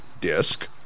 disk